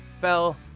fell